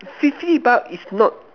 fifty bucks is not